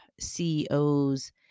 CEOs